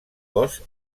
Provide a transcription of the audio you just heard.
cos